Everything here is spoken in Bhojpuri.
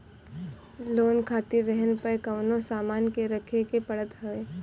लोन खातिर रेहन पअ कवनो सामान के रखे के पड़त हअ